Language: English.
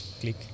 click